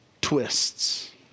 twists